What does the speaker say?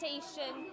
station